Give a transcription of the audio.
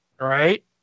Right